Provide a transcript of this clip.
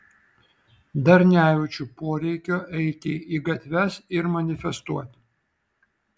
dar nejaučiu poreikio eiti į gatves ir manifestuoti